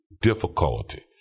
difficulty